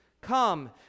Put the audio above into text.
come